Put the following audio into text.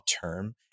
term